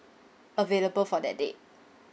available for that date